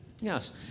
Yes